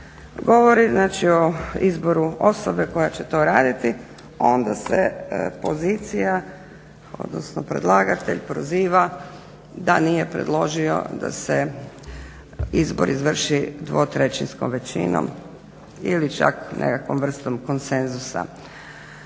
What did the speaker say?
dakle o izboru osobe koja će to raditi onda se pozicija odnosno predlagatelj proziva da nije predložio da se izbor izvrši dvotrećinskom većinom ili čak nekakvom vrstom konsenzusa